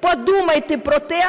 подумайте про те,